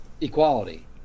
equality